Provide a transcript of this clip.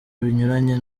binyuranye